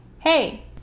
hey